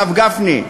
הרב גפני,